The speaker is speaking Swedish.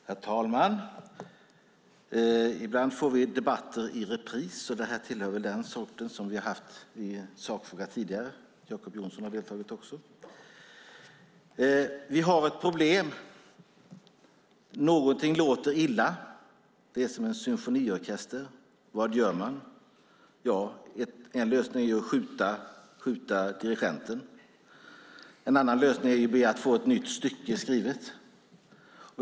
Herr talman! Ibland får vi debatter i repris, och det här tillhör väl den sorten där sakfrågan har varit uppe tidigare. Jacob Johnson har också deltagit i den. Vi har ett problem. Någonting låter illa. Det är som en symfoniorkester. Vad gör man? En lösning är ju att skjuta dirigenten. En annan lösning är att be att få ett nytt stycke skrivet.